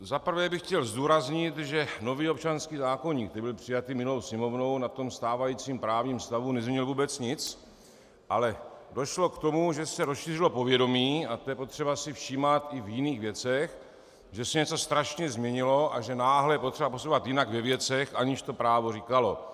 Za prvé bych chtěl zdůraznit, že nový občanský zákoník, který byl přijat minulou Sněmovnou, na stávajícím právním stavu nezměnil vůbec nic, ale došlo k tomu, že se rozšířilo povědomí, a to je potřeba si všímat i v jiných věcech, že se něco strašně změnilo a že náhle je třeba postupovat jinak ve věcech, aniž to právo říkalo.